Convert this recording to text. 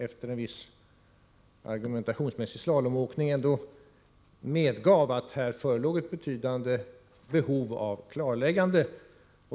Efter en viss argumentationsmässig slalomåkning medgav ändå finansministern att här förelåg ett betydande behov av klarläggande.